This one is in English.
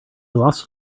lost